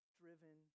driven